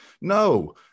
No